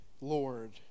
Lord